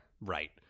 Right